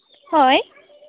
ᱦᱳᱭ